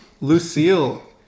lucille